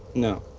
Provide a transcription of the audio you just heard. no.